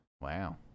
Wow